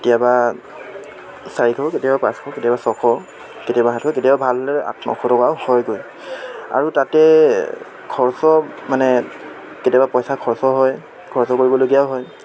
কেতিয়াবা চাৰিশ কেতিয়াবা পাঁচশ কেতিয়াবা ছশ কেতিয়াবা সাতশ কেতিয়াবা ভাল হৰে আঠ নশ টকাও হয়গৈ আৰু তাতে খৰচ মানে কেতিয়াবা পইচা খৰচ হয় খৰচ কৰিবলগীয়াও হয়